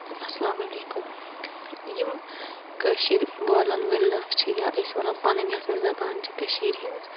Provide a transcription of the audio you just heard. اَسلام علیکُم یِم کٲشِر بولَن وٲلۍ لُکھ چھِ یا أسۍ وَنو پَنٕنۍ یۄس اَسہِ زَبان چھِ کٔشیٖر ہنز